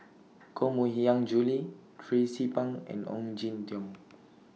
Koh Mui Hiang Julie Tracie Pang and Ong Jin Teong